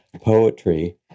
poetry